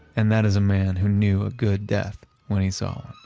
and that is a man who knew a good death when he saw